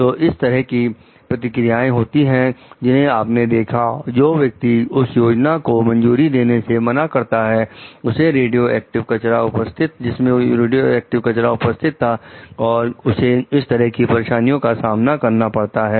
तो इस तरह की प्रतिक्रियाएं होती हैं जिन्हें आपने देखा जो व्यक्ति उस योजना को मंजूरी देने से मना करता है जिसमें रेडियोएक्टिव कचरा उपस्थित था और उसे इस तरह की परेशानियों का सामना करना पड़ता है